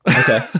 Okay